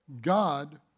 God